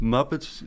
Muppets